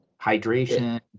Hydration